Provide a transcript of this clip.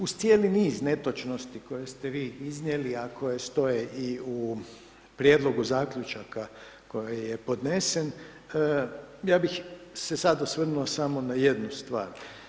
Uz cijeli niz netočnosti koje ste vi iznijeli, a koje stoje i u Prijedlogu zaključaka koji je podnesen, ja bih se sad osvrnuo samo na jednu stvar.